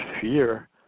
fear